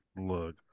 look